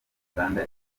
uganda